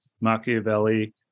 Machiavelli